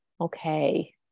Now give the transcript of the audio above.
okay